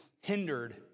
hindered